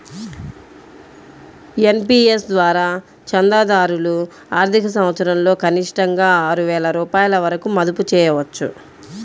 NPS ద్వారా చందాదారులు ఆర్థిక సంవత్సరంలో కనిష్టంగా ఆరు వేల రూపాయల వరకు మదుపు చేయవచ్చు